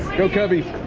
go cubby